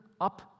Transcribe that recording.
up